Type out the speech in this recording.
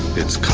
it's